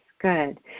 Good